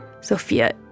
Sophia